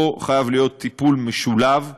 פה חייב להיות טיפול משולב,